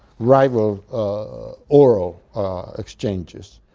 rival oral exchanges.